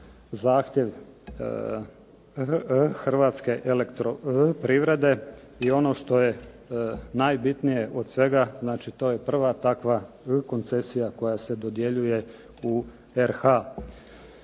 zahtjev Hrvatske elektroprivrede i ono što je najbitnije od svega, znači to je prva koncesija koja se dodjeljuje u RH.